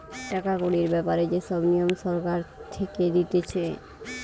টাকা কড়ির ব্যাপারে যে সব নিয়ম সরকার থেকে দিতেছে